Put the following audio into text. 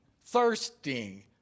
thirsting